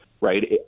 right